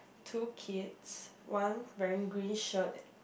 two kids one wearing green shirt